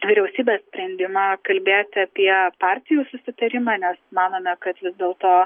vyriausybės sprendimą kalbėti apie partijų susitarimą nes manome kad vis dėlto